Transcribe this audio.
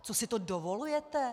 Co si to dovolujete?